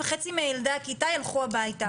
וחצי מילדי הכיתה ילכו הביתה.